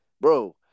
bro